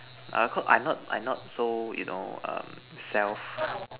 ah course I not I not so you know um self